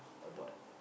about